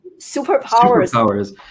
Superpowers